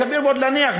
סביר מאוד להניח,